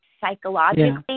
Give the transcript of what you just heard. psychologically